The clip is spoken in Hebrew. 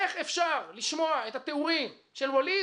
איך אפשר לשמוע את התיאורים של וליד